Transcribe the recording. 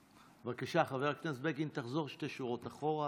בבקשה, חבר הכנסת בגין, תחזור שתי שורות אחורה.